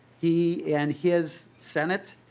he and his senate